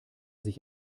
sich